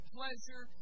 pleasure